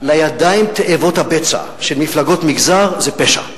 לידיים תאבות הבצע של מפלגות מגזר, זה פשע.